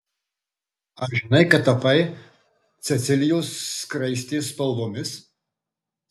ar žinai kad tapai cecilijos skraistės spalvomis